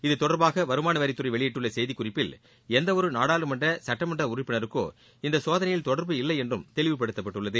இத்தொடர்பாக வருமானவரித்துறை வெளியிட்டுள்ள செய்திக் குறிப்பில் எந்தவொரு நாடாளுமன்ற சட்டமன்ற உறுப்பினருக்கோ இந்த சோதனையில் தொடர்பு இல்லை என்றும் தெளிவுப்படுத்தப்பட்டுள்ளது